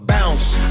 Bounce